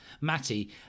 Matty